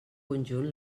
conjunt